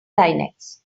linux